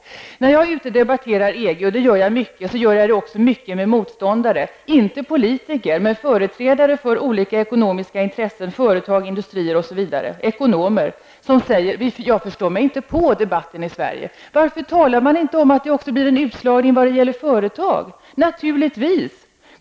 När jag är ute och debatterar EG, och det gör jag ofta, talar jag också mycket med motståndare -- inte politiker men företrädare för olika ekonomiska intressen, företag, industrier, osv. Det är ekonomer, som säger att de inte förstår sig på debatten i Sverige. Varför talar man inte om att det också blir en utslagning när det gäller företag?